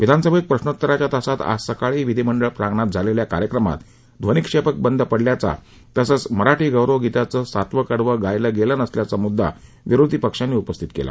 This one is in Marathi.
विधानसभेत प्रश्नोत्तराच्या तासात आज सकाळी विधिमंडळ प्रांगणात झालेल्या कार्यक्रमात ध्वनीक्षेपक बंद पडल्याचा तसंच मराठी गौरव गीतात सातवं कडवं गायल गेलं नसल्याचा मुद्दा विरोधी पक्षांनी उपस्थित केला